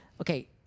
Okay